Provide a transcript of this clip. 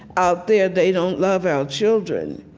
out there, they don't love our children.